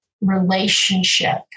Relationship